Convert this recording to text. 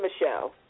Michelle